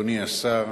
אדוני השר,